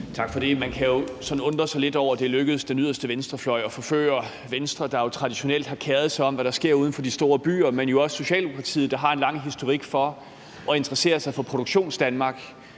Tak for det. Man kan undre sig lidt over, er det er lykkedes den yderste venstrefløj at forføre Venstre, der jo traditionelt har keret sig om, hvad der sker uden for de store byer, men også Socialdemokratiet, der har en lang historik med at interessere sig for Produktionsdanmark,